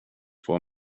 for